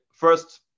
First